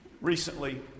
Recently